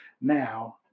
now